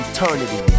Eternity